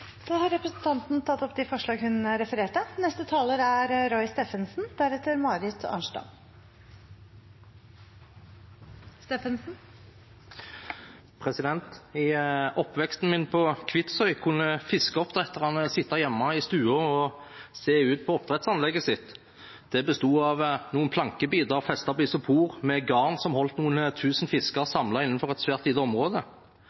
I oppveksten min på Kvitsøy kunne fiskeoppdretterne sitte hjemme i stua og se ut på oppdrettsanlegget sitt. Det besto av noen plankebiter festet på isopor med garn som holdt noen tusen fisker samlet innenfor et svært lite område.